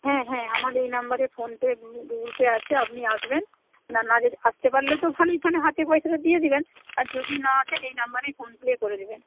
হ্যাঁ হ্যাঁ আমার এই নাম্বারে ফোনপে গুগল পে আছে আপনি আসবেন না আসতে পারলে তো ভালোই তাহলে হাতে পয়সাটা দিয়ে দেবেন আর যদি না আসেন এই নাম্বারেই ফোনপে করে দেবেন